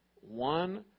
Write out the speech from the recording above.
one